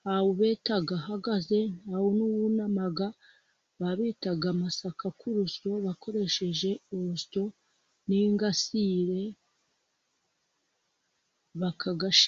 ntawubeta ahagaze nta n'uwunama, babeta amasaka ku rusyo bakoresheje urusyo n'ingasire, bakayashyi......